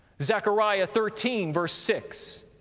zechariah, thirteen, verse six.